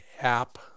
app